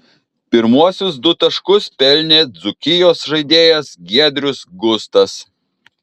pirmuosius du taškus pelnė dzūkijos žaidėjas giedrius gustas